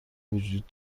وجود